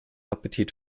appetit